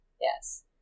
Yes